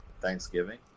Thanksgiving